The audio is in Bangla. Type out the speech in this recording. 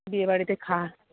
বিয়েবাড়িতে খাওয়া